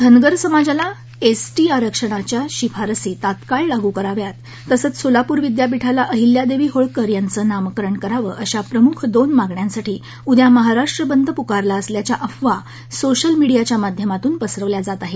धनगर समाजाला एसटी आरक्षणाच्या शिफारसी तात्काळ लागू कराव्यात तसंच सोलापूर विद्यापीठाला अहिल्यादेवी होळकर यांचं नामकरण करावं अशा प्रमुख दोन मागण्यासाठी उद्या महाराष्ट्र बंद पुकारला असल्याच्या अफवा सोशल मिडीयाच्या माध्यमातून पसरवल्या जात आहेत